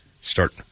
start